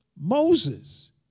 Moses